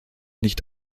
nicht